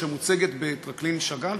שמוצגת בטרקלין שאגאל,